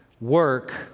work